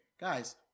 guys